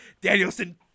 Danielson